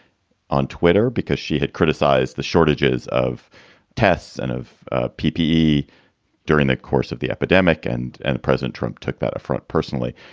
on twitter because she had criticized the shortages of tests and of ah ppe during the course of the epidemic. and and president trump took that affront personally.